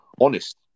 honest